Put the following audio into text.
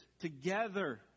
together